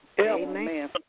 Amen